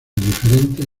diferentes